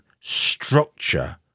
structure